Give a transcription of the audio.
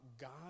God